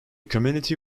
community